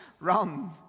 run